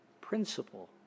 principle